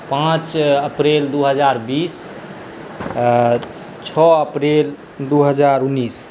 पाँच अप्रैल दू हजार बीस छओ अप्रील दू हजार उन्नैस